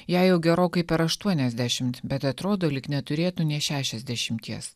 jai jau gerokai per aštuoniasdešimt bet atrodo lyg neturėtų nė šešiasdešimties